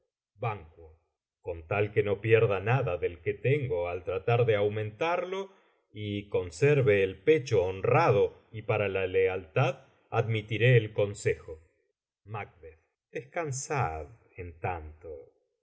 ban con tal que no pierda nada del que tengo al tratar de aumentarlo y conserve el pecho honrado y pura la lealtad admitiré el consejo macb descansad en tanto